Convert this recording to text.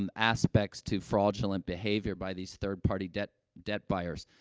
um aspects to fraudulent behavior by these third-party debt debt buyers.